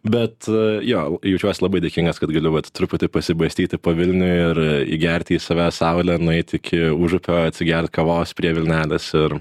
bet jo jaučiuosi labai dėkingas kad galiu vat truputį pasibastyti po vilnių ir įgerti į savęs saulę nueiti iki užupio atsigert kavos prie vilnelės ir